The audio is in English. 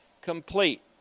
complete